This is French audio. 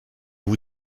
vous